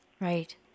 right